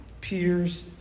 peers